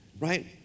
right